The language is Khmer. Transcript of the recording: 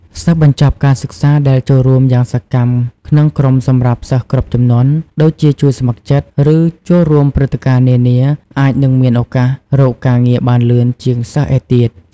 សិស្សបញ្ចប់ការសិក្សាដែលចូលរួមយ៉ាងសកម្មក្នុងក្រុមសម្រាប់សិស្សគ្រប់ជំនាន់ ដូចជាជួយស្ម័គ្រចិត្ត ឬចូលរួមព្រឹត្តិការណ៍នានា អាចនឹងមានឱកាសរកការងារបានលឿនជាងសិស្សឯទៀត។